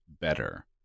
better